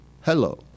Hello